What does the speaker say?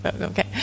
Okay